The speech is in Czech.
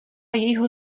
jejího